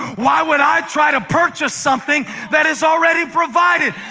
why would i try to purchase something that is already provided?